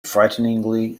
frighteningly